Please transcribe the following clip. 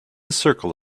circle